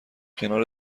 کنار